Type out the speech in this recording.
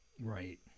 Right